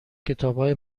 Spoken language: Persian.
کتابای